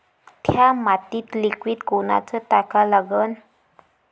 थ्या मातीत लिक्विड कोनचं टाका लागन?